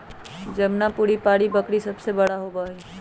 जमुनापारी बकरी सबसे बड़ा होबा हई